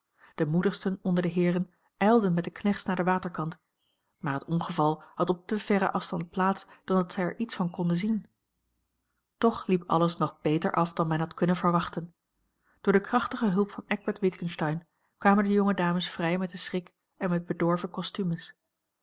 de moedigsten onder de heeren ijlden met de knechts naar den waterkant maar het ongeval had op te verren afstand plaats dan dat zij er iets van konden zien toch liep alles nog beter af dan men had kunnen verwachten door de krachtige hulp van eckbert witgensteyn kwamen de jonge dames vrij met den schrik en met bedorven kostumes